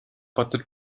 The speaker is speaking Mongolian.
бодож